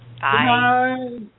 Bye